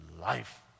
life